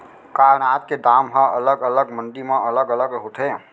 का अनाज के दाम हा अलग अलग मंडी म अलग अलग होथे?